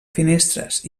finestres